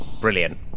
Brilliant